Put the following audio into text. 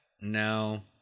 no